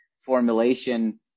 formulation